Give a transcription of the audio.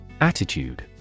Attitude